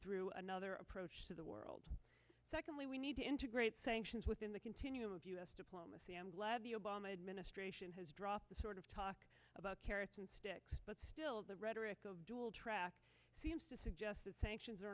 through another approach to the world secondly we need to integrate sanctions within the continuum of u s diplomacy i'm glad the obama administration has dropped the sort of talk about carrots and sticks but still the rhetoric of dual track seems to suggest that sanctions